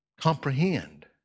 comprehend